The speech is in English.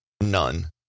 none